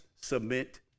submit